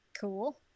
Cool